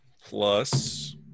plus